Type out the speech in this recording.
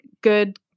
good